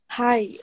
hi